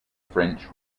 french